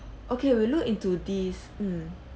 okay we'll look into this mm